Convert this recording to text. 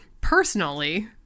personally